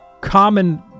common